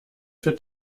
für